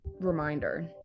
reminder